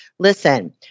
Listen